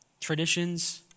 traditions